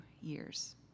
years